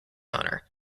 honor